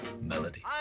melody